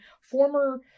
former